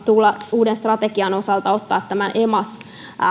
uuden strategian osalta ottaa emas